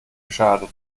geschadet